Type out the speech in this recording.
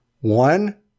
One